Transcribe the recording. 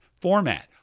format